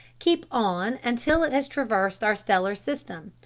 keep on until it has traversed our stellar system,